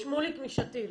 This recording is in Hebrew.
שמוליק משתי"ל.